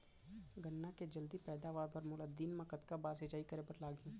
गन्ना के जलदी पैदावार बर, मोला दिन मा कतका बार सिंचाई करे बर लागही?